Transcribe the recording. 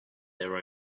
their